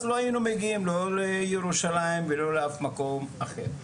אז לא היינו מגיעים לא לירושלים ולא לאף מקום אחר,